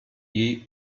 jej